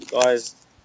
guys